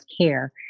care